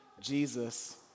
Jesus